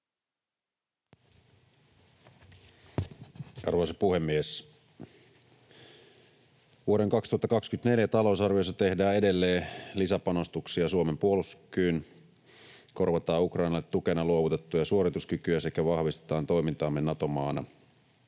Arvoisa puhemies! Vuoden 2024 talousarviossa tehdään edelleen lisäpanostuksia Suomen puolustuskykyyn, korvataan Ukrainalle tukena luovutettuja suorituskykyjä sekä vahvistetaan toimintaamme Nato-maana.